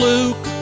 Luke